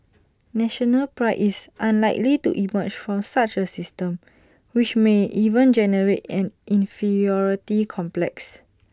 national Pride is unlikely to emerge from such A system which may even generate an inferiority complex